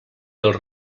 dels